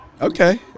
Okay